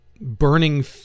burning